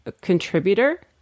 contributor